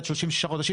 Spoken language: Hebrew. עד 36 חודשים,